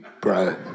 bro